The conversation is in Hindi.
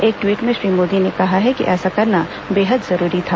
एक टवीट में श्री मोदी ने कहा है कि ऐसा करना बेहद जरूरी था